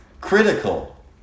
critical